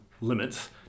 limits